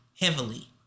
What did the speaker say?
Heavily